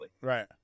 right